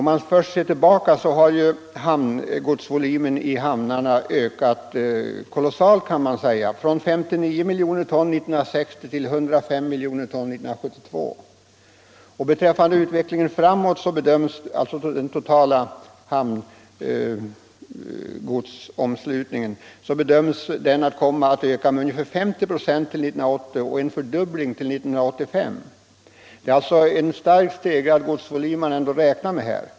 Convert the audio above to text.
Ser man först tillbaka finner man att hamngodsvolymen ökat kolossalt — från 59 mil så bedöms den totala hamngodsomslutningen komma att öka med unge fär 50 96 till 1980, och till 1985 räknar man med en fördubbling. Det är alltså en starkt stegrad godsvolym man räknar med.